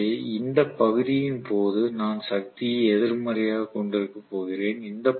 எனவே இந்த பகுதியின் போது நான் சக்தியை எதிர்மறையாக கொண்டிருக்க போகிறேன்